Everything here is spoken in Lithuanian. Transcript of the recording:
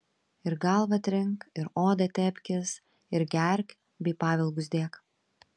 ir galvą trink ir odą tepkis ir gerk bei pavilgus dėk